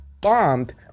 bombed